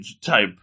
type